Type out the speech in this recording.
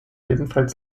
ebenfalls